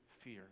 fear